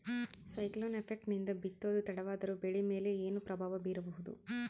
Cyclone effect ನಿಂದ ಬಿತ್ತೋದು ತಡವಾದರೂ ಬೆಳಿ ಮೇಲೆ ಏನು ಪ್ರಭಾವ ಬೀರಬಹುದು?